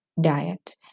diet